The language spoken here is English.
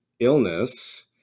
illness